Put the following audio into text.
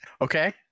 Okay